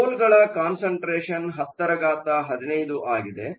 ಆದ್ದರಿಂದ ಹೋಲ್ಗಳ ಕಾನ್ಸಂಟ್ರೇಷನ್1015 ಆಗಿದೆ